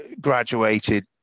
graduated